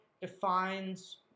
defines